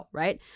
right